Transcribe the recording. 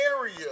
area